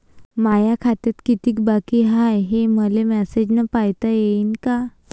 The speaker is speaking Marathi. माया खात्यात कितीक बाकी हाय, हे मले मेसेजन पायता येईन का?